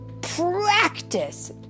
practice